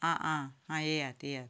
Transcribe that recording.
आं आं आं येयात येयात